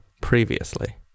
previously